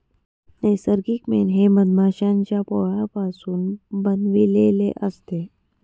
नैसर्गिक मेण हे मधमाश्यांच्या पोळापासून बनविलेले असते